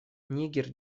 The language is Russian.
нигер